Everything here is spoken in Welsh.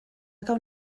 gawn